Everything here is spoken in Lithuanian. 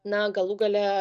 na galų gale